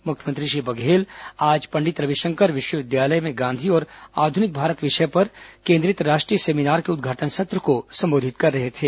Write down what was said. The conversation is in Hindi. मुख्यमंत्री श्री बघेल आज पंडित रविशंकर विश्वविद्यालय में गांधी और आधुनिक भारत विषय पर केन्द्रित राष्ट्रीय सेमीनार के उद्घाटन सत्र को सम्बोधित कर रहे थे